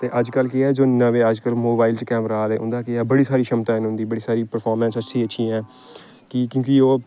ते अज्जकल केह् ऐ जो नमें अज्जकल मोबाइल च कैमरा आए दे उं'दा केह् ऐ बड़ी सारी क्षमताएं न बड़ी सारी परफार्मेंस ऐ अच्छियां अच्छियां कि क्योंकि ओह्